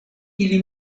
ili